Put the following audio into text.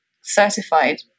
certified